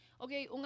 Okay